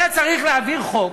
היה צריך להעביר חוק